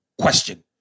question